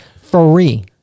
free